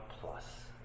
plus